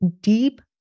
deep